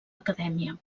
acadèmia